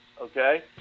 Okay